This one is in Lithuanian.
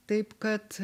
taip kad